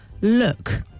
Look